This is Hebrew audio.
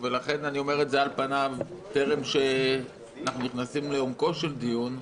אני אומר את זה על פניו טרם אנחנו נכנסים לעומק הדיון.